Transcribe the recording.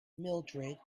mildrid